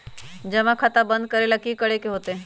जमा खाता बंद करे ला की करे के होएत?